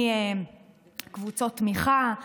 קבוצות תמיכה,